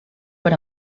per